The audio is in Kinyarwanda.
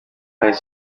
yahaye